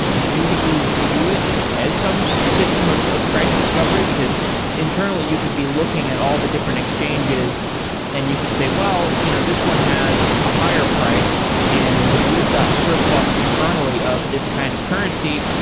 do you view it as some system of of price discovery? because internally, you could be looking at all the different exchanges and you could say, well, you know this one has a higher price and we've got a surplus internally of this kind of currency.